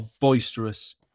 boisterous